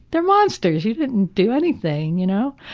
they're monsters. you didn't do anything, you know?